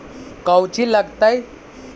कौची लगतय?